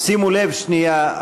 שימו לב שנייה,